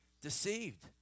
deceived